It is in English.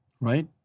right